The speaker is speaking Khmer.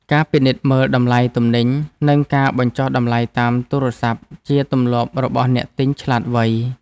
ការពិនិត្យមើលតម្លៃទំនិញ និងការបញ្ចុះតម្លៃតាមទូរស័ព្ទ ជាទម្លាប់របស់អ្នកទិញឆ្លាតវៃ។